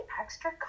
extra